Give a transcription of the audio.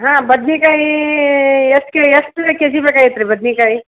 ಹಾಂ ಬದ್ನೇಕಾಯಿ ಎಷ್ಟು ಕಿಲೋ ಎಷ್ಟು ಕಿಲೋ ಕೆಜಿ ಬೇಕಾಗಿತ್ತು ರೀ ಬದ್ನೇಕಾಯಿ